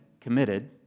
committed